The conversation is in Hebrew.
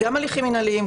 גם מינהליים,